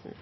hun